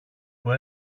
που